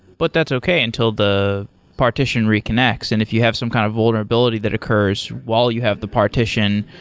but that's okay until the partition reconnects. and if you have some kind of vulnerability that occurs while you have the partition,